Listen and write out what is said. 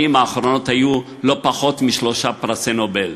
האחרונות היו לא פחות משלושה פרסי נובל.